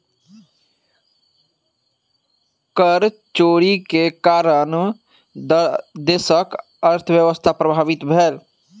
कर चोरी के कारणेँ देशक अर्थव्यवस्था प्रभावित भेल